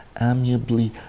amiably